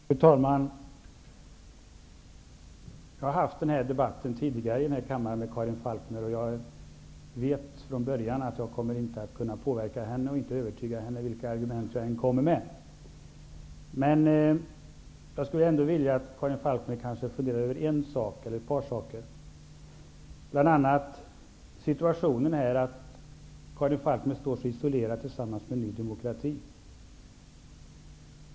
Fru talman! Jag har fört den här debatten tidigare i denna kammare med Karin Falkmer och jag vet från början att jag inte kommer att kunna påverka eller övertyga henne vilka argument jag än kommer med. Jag skulle ändå vilja att Karin Falkmer funderade över ett par saker. Karin Falkmer kan kanske fundera över det faktum att hon står isolerad tillsammans med Ny demokrati.